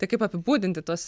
tai kaip apibūdinti tuos